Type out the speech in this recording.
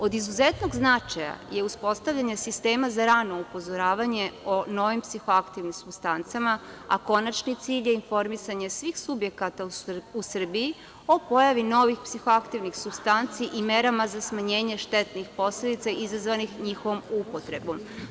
Od izuzetnog značaja je uspostavljanje sistema za rano upozoravanje o novim psihoaktivnim supstancama, a konačni cilj je informisanje svih subjekata u Srbiji o pojavi novih psihoaktivnih supstanci i merama za smanjenje štetnih posledica izazvanih njihovom upotrebom.